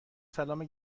سلام